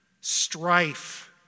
strife